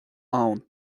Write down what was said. ann